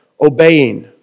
Obeying